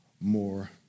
more